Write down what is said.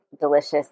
delicious